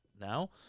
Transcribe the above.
now